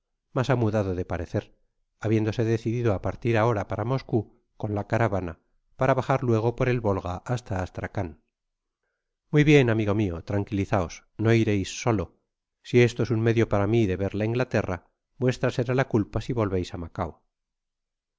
ha mudado de parecer habiéndose decidido á partir ahora para moscou con la caravana para bajar luego por el volga hasta astracan muy bien amigo mio tranquilizaos no ireis solo si esto es un medio para mi de ver la inglaterra vuestra será la culpa si volveis á macao